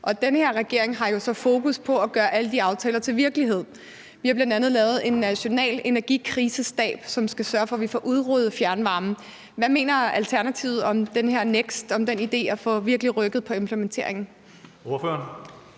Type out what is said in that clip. og den her regering har jo så fokus på at gøre alle de aftaler til virkelighed. Vi har bl.a. lavet en national energikrisestab, som skal sørge for, at vi får udbygget fjernvarmen. Hvad mener Alternativet om NEKST og om den her idé med virkelig at få rykket på implementeringen?